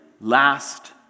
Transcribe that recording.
last